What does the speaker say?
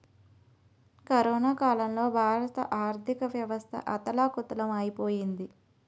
corona కాలంలో భారత ఆర్థికవ్యవస్థ అథాలకుతలం ఐపోయింది